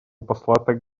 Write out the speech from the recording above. посла